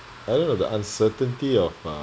I don't know the uncertainty of uh